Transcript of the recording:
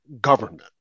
government